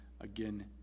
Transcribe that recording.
again